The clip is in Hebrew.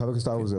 חבר הכנסת האוזר,